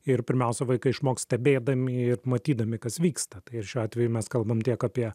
ir pirmiausia vaikai išmoks stebėdami ir matydami kas vyksta tai ir šiuo atveju mes kalbam tiek apie